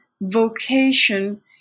vocation